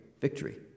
victory